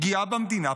פגיעה במדינה,